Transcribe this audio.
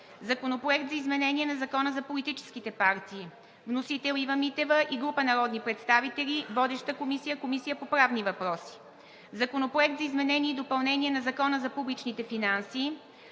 Законопроект за изменение на Закона за политическите партии. Вносител – Ива Митева и група народни представители. Водеща е Комисията по правни въпроси. Законопроект за изменение и допълнение на Закона за публичните финанси.